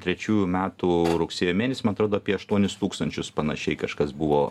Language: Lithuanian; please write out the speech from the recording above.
trečiųjų metų rugsėjo mėnesį man atrodo apie aštuonis tūkstančius panašiai kažkas buvo